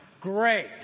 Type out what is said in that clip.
great